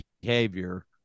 behavior